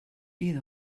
bydd